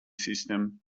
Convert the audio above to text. system